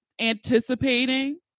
anticipating